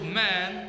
man